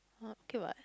okay [what]